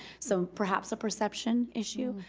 so, perhaps, a perception issue,